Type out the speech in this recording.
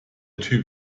typ